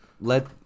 let –